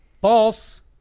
False